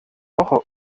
woche